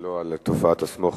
ולא על תופעת ה"סמוך",